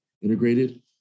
integrated